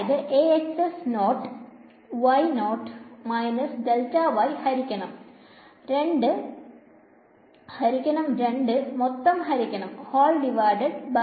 അതായത് Axx nought y nought minus delta y ഹരിക്കണം 2 മൊത്തം ഹരിക്കണം ഡെൽറ്റ